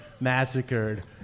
massacred